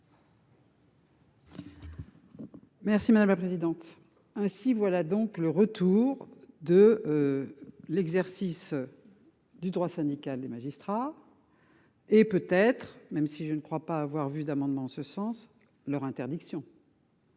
Merci madame la présidente. Ainsi, voilà donc le retour de. L'exercice. Du droit syndical des magistrats. Et peut être même si je ne crois pas avoir vu d'amendements en ce sens, leur interdiction.